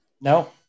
No